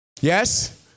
yes